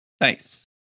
Nice